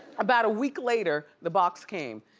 about a week later, the box came,